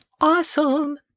awesome